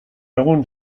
egun